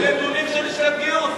זה נתונים של לשכת גיוס.